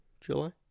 July